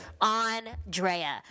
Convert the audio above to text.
Andrea